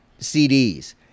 CDs